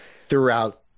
throughout